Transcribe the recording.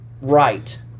right